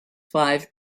five